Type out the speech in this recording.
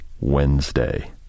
Wednesday